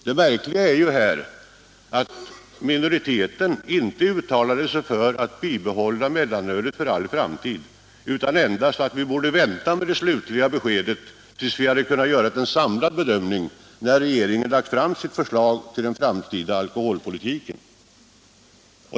Det märkliga är att minoriteten inte uttalade sig för att behålla mellanölet för all framtid utan endast för att vi borde vänta med det definitiva beslutet tills vi hade kunnat göra en samlad bedömning, när regeringen lagt fram sitt förslag till den framtida alkoholpolitiken.